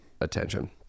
attention